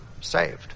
saved